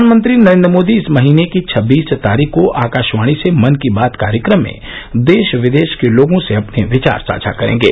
प्रधानमंत्री नरेन्द्र मोदी इस महीने की छब्बीस तारीख को आकाशवाणी से मन की बात कार्यक्रम में देश विदेश के लोगों से अपने विचार साझा करेंगे